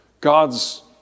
God's